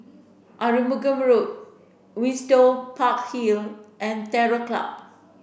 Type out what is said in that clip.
Road Windsor Park Hill and Terror Club